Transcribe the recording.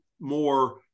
more